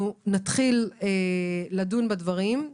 נתחיל לדון בנושא הראשון,